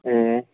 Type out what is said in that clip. ए